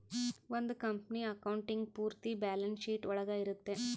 ಒಂದ್ company accounting ಪೂರ್ತಿ balance sheet ಒಳಗ ಇರುತ್ತೆ